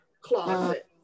closet